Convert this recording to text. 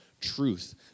truth